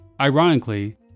Ironically